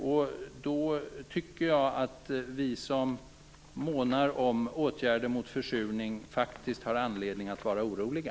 Jag tycker då att vi som månar om åtgärder mot försurning faktiskt har anledning att vara oroliga.